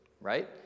right